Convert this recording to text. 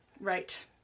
Right